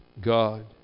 God